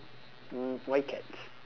mm why cats